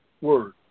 word